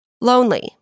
Lonely